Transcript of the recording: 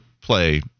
play